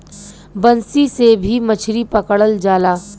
बंसी से भी मछरी पकड़ल जाला